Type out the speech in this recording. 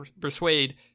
persuade